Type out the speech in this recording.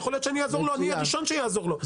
יכול להיות שאני הראשון שיעזור לו,